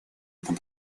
этом